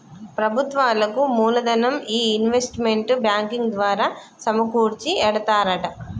ప్రభుత్వాలకు మూలదనం ఈ ఇన్వెస్ట్మెంట్ బ్యాంకింగ్ ద్వారా సమకూర్చి ఎడతారట